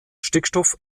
stickstoff